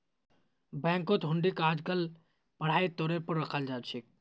बैंकत हुंडीक आजकल पढ़ाई तौर पर रखाल जा छे